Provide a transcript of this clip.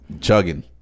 chugging